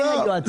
בין היועצים.